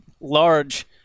large